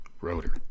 Rotor